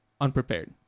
unprepared